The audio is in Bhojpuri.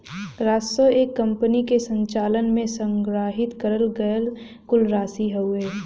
राजस्व एक कंपनी के संचालन में संग्रहित करल गयल कुल राशि हउवे